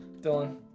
Dylan